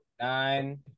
Nine